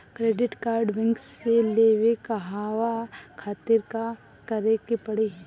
Credit card bank से लेवे कहवा खातिर का करे के पड़ी?